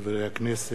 מטעם הכנסת: